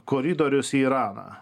koridorius į iraną